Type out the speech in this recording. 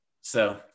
So-